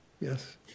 Yes